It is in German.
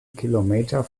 kilometer